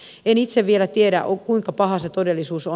en itse vielä tiedä kuinka paha se todellisuus on